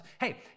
Hey